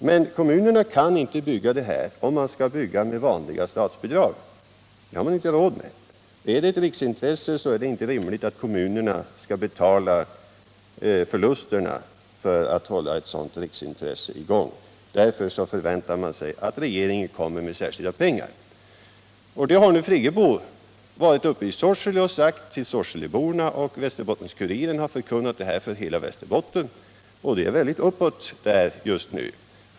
Men kommunerna kan inte bygga, om det skall byggas med vanliga statsbidrag — det har man inte råd med. Är det ett riksintresse är det inte rimligt att kommunerna skall betala förlusterna för att hålla ett sådant riksintresse i gång. Därför förväntar man sig att regeringen kommer med särskilda pengar. Birgit Friggebo har nu varit uppe i Sorsele och sagt till sorseleborna att ett program skall presenteras i särskild proposition till våren. Västerbottens-Kuriren har förkunnat det för hela Västerbotten — och det är väldigt uppåt där just nu.